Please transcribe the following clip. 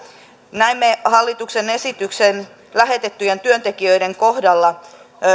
näemme hallituksen esityksestä lähetettyjen työntekijöiden kohdalla